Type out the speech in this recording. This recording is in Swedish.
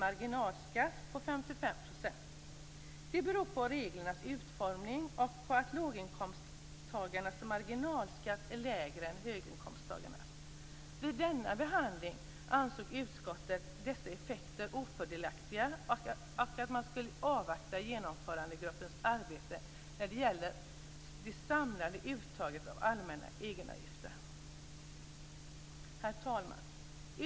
Det beror på reglernas utformning och på att låginkomsttagarnas marginalskatt är lägre än höginkomsttagarnas. Vid denna behandling ansåg utskottet dessa effekter vara ofördelaktiga, och man skulle avvakta genomförandegruppens arbete när det gäller det samlade uttaget av allmänna egenavgifter. Herr talman!